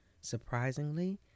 Surprisingly